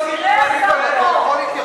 אם הוא רוצה הוא יכול.